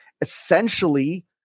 essentially